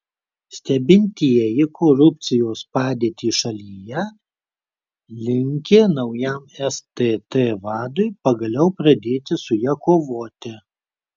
stebintieji korupcijos padėtį šalyje linki naujam stt vadui pagaliau pradėti su ja kovoti